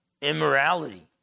immorality